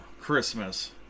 Christmas